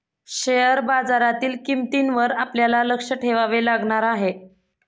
share बाजारातील किंमतींवर आपल्याला लक्ष ठेवावे लागणार आहे